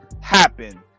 happen